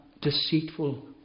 deceitful